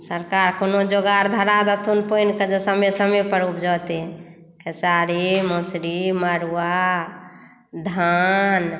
सरकार कोनो जोगाड़ धरा दथुन पानिक जे समय समय पर उपजतै खेसारी मौसरी मड़ुआ धान